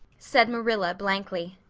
said marilla blankly,